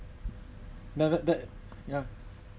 now that that ya